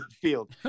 field